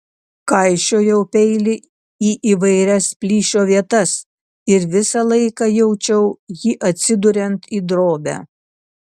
kaišiojau peilį į įvairias plyšio vietas ir visą laiką jaučiau jį atsiduriant į drobę